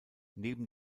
neben